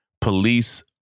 police